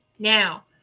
Now